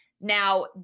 Now